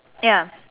ya